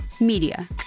media